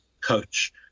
coach